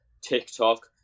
TikTok